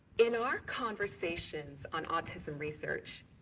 in our conversations on autism research,